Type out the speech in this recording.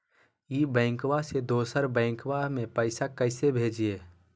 ई बैंकबा से दोसर बैंकबा में पैसा कैसे भेजिए?